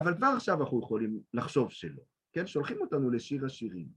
אבל כבר עכשיו אנחנו יכולים לחשוב ש.. כן? שולחים אותנו לשיר השירים.